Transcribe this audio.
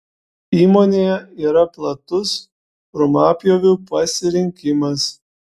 įmonėje yra platus krūmapjovių pasirinkimas